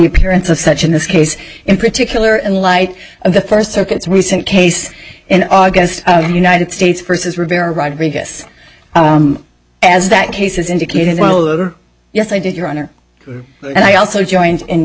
appearance of such in this case in particular in light of the first circuits recent case in august united states versus rivera rodrigues as that case is indicated well or yes i did your honor and i also joined in